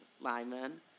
linemen